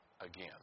again